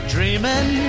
Dreaming